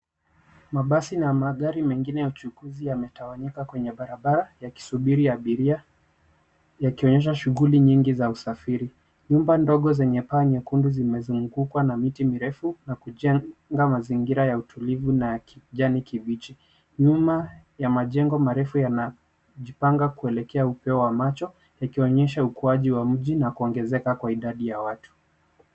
Mabasi na magari mengine yametawanyika ya abiria yakionyesha mingi za usafiri. Mitaa mingi zenye paa nyekundu zimezungukwa miti mirefu na ya utulivu na kijani kibichi. Nyuma ya majengo marefu ya macho ukuwaji wa miti na kuongezeka kwa idadi ya watu.